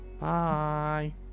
bye